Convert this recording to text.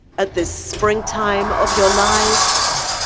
at this spring time of your lives,